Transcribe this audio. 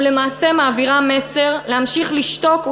ולמעשה מעבירה מסר להמשיך לשתוק,